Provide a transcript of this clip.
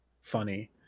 funny